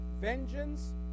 vengeance